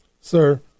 Sir